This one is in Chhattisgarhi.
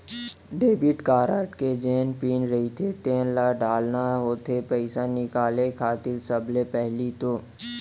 डेबिट कारड के जेन पिन रहिथे तेन ल डालना होथे पइसा निकाले खातिर सबले पहिली तो